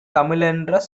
தமிழென்ற